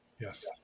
Yes